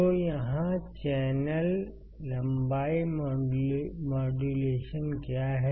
तो यहाँ चैनल लंबाई मॉड्यूलेशन क्या है